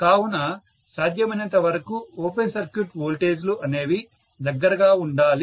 కావున సాధ్యమైనంతవరకు open circuit voltage లు అనేవి దగ్గరగా ఉండాలి